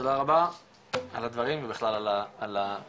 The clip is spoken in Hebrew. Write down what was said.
תודה רבה על הדברים ובכלל על הנחישות